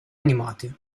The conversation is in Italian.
animati